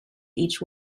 each